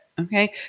okay